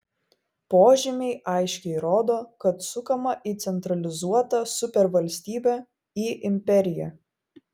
požymiai aiškiai rodo kad sukama į centralizuotą supervalstybę į imperiją